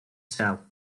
sell